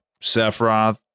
Sephiroth